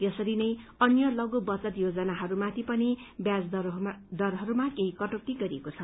यसरी नै अन्य लष्ठ बचत योजनाहरूमाथि पनि व्याज दरहरूमा केही कटौती गरिएको छ